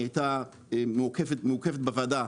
היא הייתה מעוכבת בוועדה,